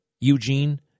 Eugene